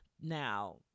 Now